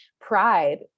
pride